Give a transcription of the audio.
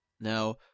Now